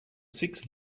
six